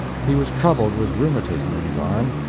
he was troubled with rheumatism in his arm,